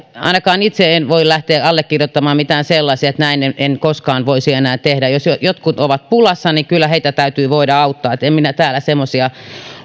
ainakaan itse en en voi lähteä allekirjoittamaan mitään sellaisia että näin en en koskaan voisi enää tehdä jos jos jotkut ovat pulassa niin kyllä heitä täytyy voida auttaa en minä täällä semmoisia